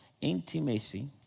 intimacy